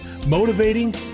motivating